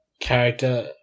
character